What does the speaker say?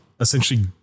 essentially